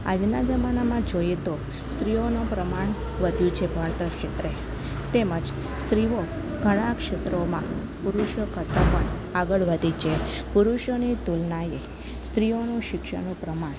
આજના જમાનામાં જોઈએ તો સ્ત્રીઓનું પ્રમાણ વધ્યું છે ભણતર ક્ષેત્રે તેમજ સ્ત્રીઓ ઘણાં ક્ષેત્રોમાં પુરુષો કરતાં પણ આગળ વધી છે પુરુષોની તુલનાએ સ્ત્રીઓનું શિક્ષણનું પ્રમાણ